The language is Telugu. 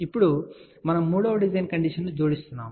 ఇప్పుడు మనము మూడవ డిజైన్ కండిషన్ ని జోడిస్తున్నాము